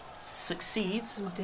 succeeds